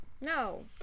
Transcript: no